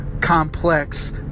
complex